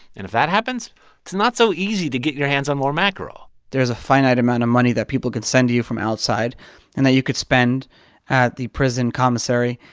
and if that happens, it's not so easy to get your hands on more mackerel there is a finite amount of money that people can send you you from outside and that you could spend at the prison commissary.